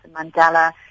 Mandela